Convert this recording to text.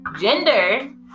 Gender